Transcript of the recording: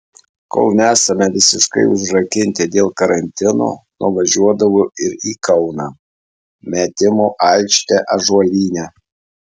kol nesame visiškai užrakinti dėl karantino nuvažiuodavau ir į kauną metimų aikštę ąžuolyne